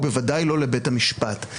ובוודאי לא לבית המשפט.